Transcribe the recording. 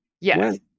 yes